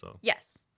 Yes